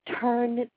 turn